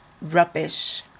rubbish